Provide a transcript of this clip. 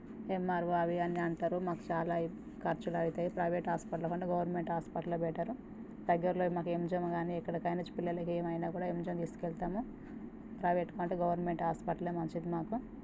MRO అవి అన్నీ అంటారు మాకు చాలా ఖర్చులు అవుతాయి ప్రైవేట్ హాస్పిటల్ కంటే గవర్నమెంట్ హాస్పిటలే బెటర్ దగ్గరలో మాకు ఎంజిఎం కానీ ఎక్కడకైనా పిల్లలకి ఏమైనా కూడా ఎంజిఎంకి తీసుకెళ్తాము ప్రైవేట్ కంటే గవర్నమెంట్ హాస్పిటలే మంచిది మాకు